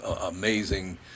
amazing